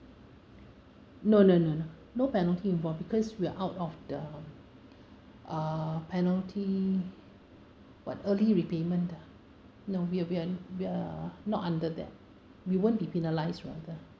no no no no no penalty involved because we're out of the uh penalty [what] early repayment uh no we are we are we are not under that we won't be penalised rather